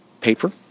paper